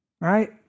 Right